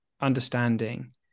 understanding